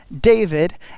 David